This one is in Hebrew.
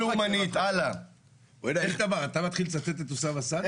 אתה מתחיל לצטט את אוסאמה סעדי?